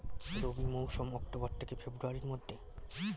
রবি মৌসুম অক্টোবর থেকে ফেব্রুয়ারির মধ্যে